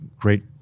great